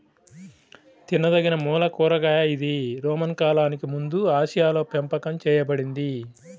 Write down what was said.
తినదగినమూల కూరగాయ ఇది రోమన్ కాలానికి ముందుఆసియాలోపెంపకం చేయబడింది